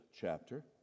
chapter